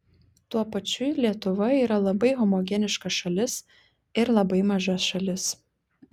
tuo pačiu lietuva yra labai homogeniška šalis ir labai maža šalis